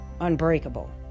unbreakable